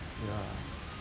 ya